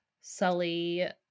sully